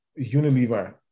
Unilever